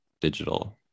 digital